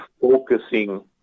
focusing